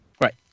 Right